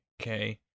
Okay